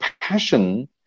passion